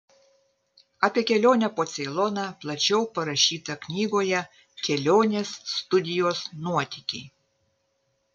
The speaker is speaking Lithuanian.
apie kelionę po ceiloną plačiau parašyta knygoje kelionės studijos nuotykiai